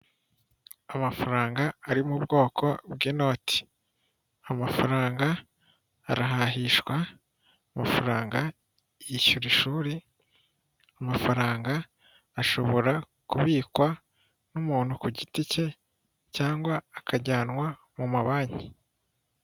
Amafaranga ari mu bwoko bw'inoti, amafaranga arahahishwa, amafaranga yishyura ishuri, amafaranga ashobora kubikwa n'umuntu ku giti cye cyangwa akajyanwa mu ma banki.